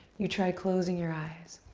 you try closing your eyes.